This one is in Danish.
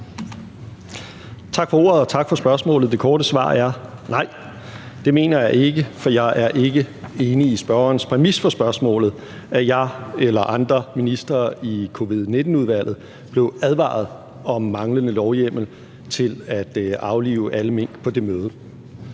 Tak for ordet, og tak for spørgsmålet, og det korte svar er: Nej, det mener jeg ikke. For jeg er ikke enig i spørgerens præmis for spørgsmålet, altså at jeg eller andre ministre i Covid-19-udvalget på det møde blev advaret om manglende lovhjemmel til at aflive alle mink. Lad mig